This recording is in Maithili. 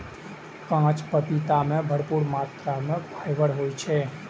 कांच पपीता मे भरपूर मात्रा मे फाइबर होइ छै